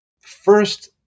First